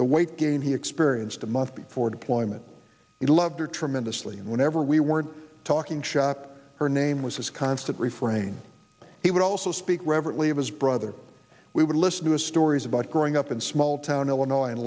the weight gain he experienced a month before deployment he loved her tremendously and whenever we were talking shop her name was his constant refrain he would also speak reverently of his brother we would listen to a stories about growing up in small town illinois and